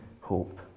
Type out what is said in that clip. hope